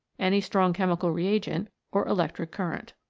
any strong chemical reagent or electric current.